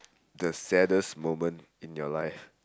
the saddest moment in your life